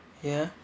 ya